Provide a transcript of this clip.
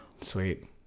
Sweet